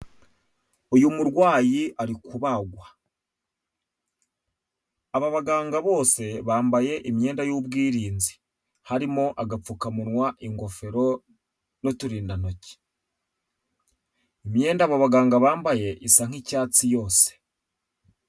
Uyu murwayi ari kubagwa, aba baganga bose bambaye imyenda y'ubwirinzi, harimo agapfukamunwa, ingofero n'uturindantoki, imyenda aba baganga bambaye isa nk'icyatsi yose.